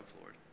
Lord